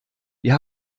wir